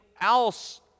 else